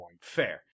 Fair